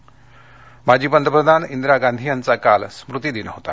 इंदिरागांधी माजी पंतप्रधान इंदिरा गांधी यांचा काल स्मृतिदिन होता